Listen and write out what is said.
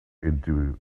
into